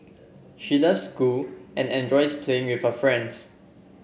she loves school and enjoys playing with her friends